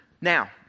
Now